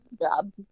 job